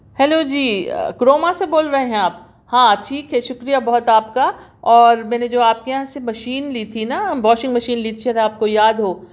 hello جی Croma سے بول رہے ہیں آپ ہاں ٹھیک ہے شُکریہ بہت آپ کا اور میں نے جو آپ یہاں سے مشین لی تھی نا واشنگ مشین لی شاید آپ کو یاد ہو